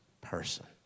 person